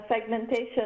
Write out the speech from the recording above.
segmentation